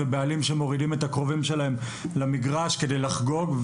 ובעלים שמורידים את הקרובים שלהם למגרש כדי לחגוג,